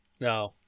No